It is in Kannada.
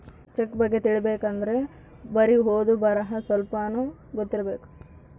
ಚೆಕ್ ಬಗ್ಗೆ ತಿಲಿಬೇಕ್ ಅಂದ್ರೆ ಬರಿ ಓದು ಬರಹ ಸ್ವಲ್ಪಾದ್ರೂ ಗೊತ್ತಿರಬೇಕು